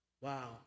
wow